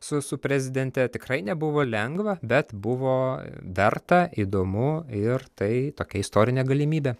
su su prezidente tikrai nebuvo lengva bet buvo verta įdomu ir tai tokia istorinė galimybė